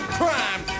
crime